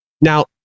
Now